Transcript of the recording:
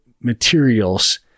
materials